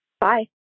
bye